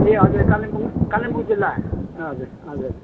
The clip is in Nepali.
ए हजुर कालिम्पोङ कालिम्पोङ जिल्ला ए हजुर हजुर हजुर